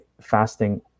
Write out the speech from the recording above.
fasting